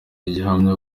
gihamya